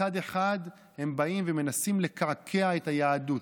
מצד אחד הם באים ומנסים לקעקע את היהדות,